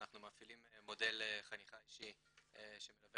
אנחנו מפעילים מודל חניכה אישי שמלווה